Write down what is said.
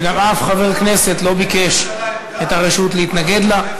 וגם אף חבר כנסת לא ביקש את הרשות להתנגד לה.